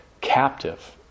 captive